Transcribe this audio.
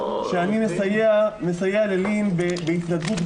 אני מסייע ללי"ן בהתנדבות.